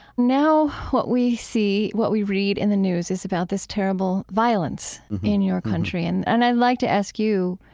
now what we see, what we read in the news is about this terrible violence in your country. and and i'd like to ask you,